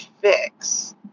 fix